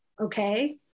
okay